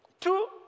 two